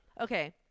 okay